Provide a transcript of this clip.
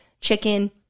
chicken